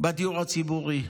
בדיור הציבורי.